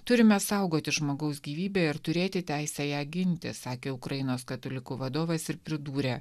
turime saugoti žmogaus gyvybę ir turėti teisę ją ginti sakė ukrainos katalikų vadovas ir pridūrė